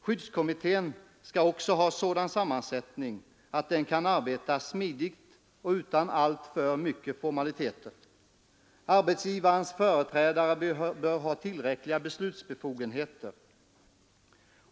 Skyddskommittén skall ha sådan sammansättning att den kan arbeta smidigt och utan alltför mycket formaliteter. Arbetsgivarens företrädare bör ha tillräckliga beslutsbefogenheter.